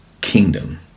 kingdom